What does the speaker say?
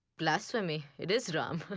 blasphemy. it is ram.